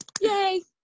Yay